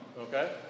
okay